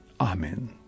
amen